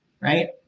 right